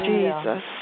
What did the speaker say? Jesus